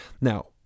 Now